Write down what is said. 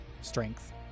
strength